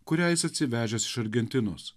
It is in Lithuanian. kurią jis atsivežęs iš argentinos